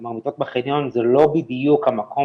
כלומר מיטות בחניון זה לא בדיוק המקום